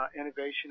innovation